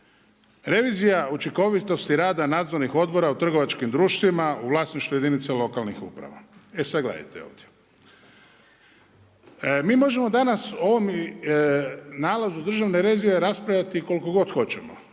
Revizija učinkovitosti rada nadzornih odbora u trgovačkim društvima u vlasništvu jedinice lokalnih uprava. E sad gledajte ovdje, mi možemo danas o ovom nalazu Državne revizije raspravljati koliko god hoćemo.